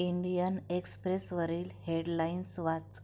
Indian एक्सप्रेसवरील headlines वाच